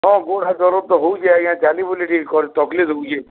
ହଁ ଗୋଡ଼ ହାତ୍ ଦରଜ୍ ତ ହେଉଛେ ଆଜ୍ଞା ଚାଲି ବୁଲି ଟିକେ କର ତକ୍ଲିପ୍ ହେଉଛେ